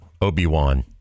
Obi-Wan